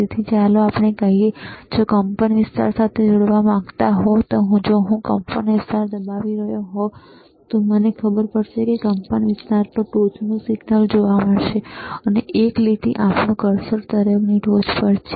તેથી ચાલો કહીએ કે જો તમે કંપનવિસ્તાર સાથે જોડાવા માંગતા હો જો હું કંપનવિસ્તાર દબાવી રહ્યો હોત તો મને ખબર પડશે કે કંપનવિસ્તાર પર ટોચનું સિગ્નલ જોવા મળે છે એક લીટી આપણું કર્સર તરંગની ટોચ પર છે